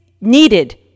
needed